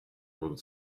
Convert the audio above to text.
would